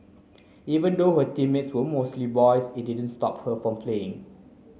even though her teammates were mostly boys it didn't stop her from playing